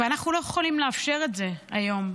ואנחנו לא יכולים לאפשר את זה היום.